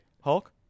Hulk